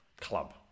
club